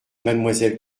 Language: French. mademoiselle